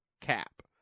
cap